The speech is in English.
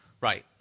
Right